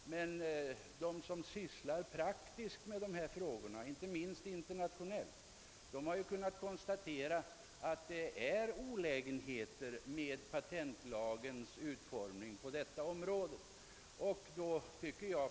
Men de som sysslar praktiskt med dessa frågor, inte minst internationellt, har kunnat konstatera att patentlagens utformning medför olägenheter.